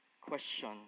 question